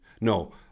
No